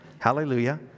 Hallelujah